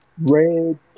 Red